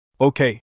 Okay